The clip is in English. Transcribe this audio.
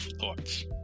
thoughts